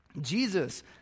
Jesus